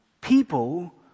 people